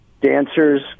dancers